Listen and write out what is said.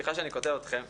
סליחה שאני קוטע אתכם,